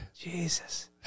Jesus